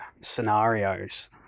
scenarios